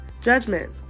judgment